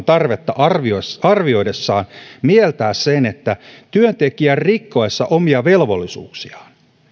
tarvetta arvioidessaan arvioidessaan mieltää sen että työntekijän rikkoessa omia velvollisuuksiaan